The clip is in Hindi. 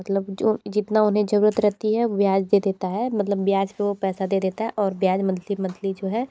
मतलब जो जितना उन्हें जरूरत रहती है ब्याज पे दे देता है मतलब ब्याज पे वो पैसा दे देता है और ब्याज मंथली मंथली जो है